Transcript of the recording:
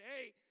hey